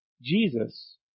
Jesus